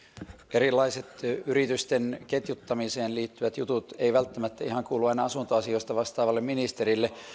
erilaiset yritysten ketjuttamiseen liittyvät jutut eivät välttämättä ihan kuulu aina asuntoasioista vastaavalle ministerille